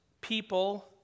people